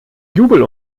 jubel